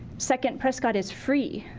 second, prescott is free.